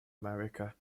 america